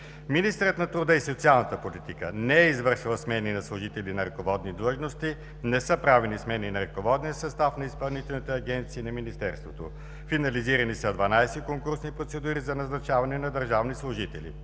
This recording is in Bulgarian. Министърът на труда и социалната политика не е извършил смени на служители на ръководни длъжности, не са правени смени на ръководния състав на Изпълнителната агенция и на Министерството. Финализирани са 12 конкурсни процедури за назначаване на държавни служители.